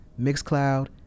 Mixcloud